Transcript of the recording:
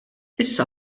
issa